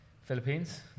Philippines